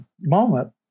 moment